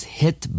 hit